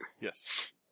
Yes